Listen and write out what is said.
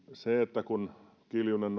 se että kun kiljunen